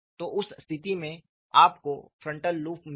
तो उस स्थिति में आपको फ्रंटल लूप मिला